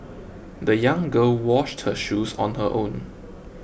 the young girl washed her shoes on her own